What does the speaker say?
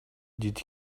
did